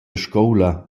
scoula